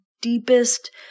deepest